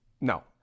no